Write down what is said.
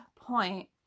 point